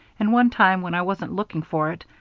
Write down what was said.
and one time when i wasn't looking for it,